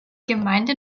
gemeinde